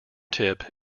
tip